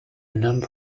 number